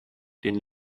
den